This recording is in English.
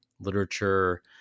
literature